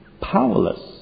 powerless